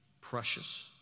Precious